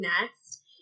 next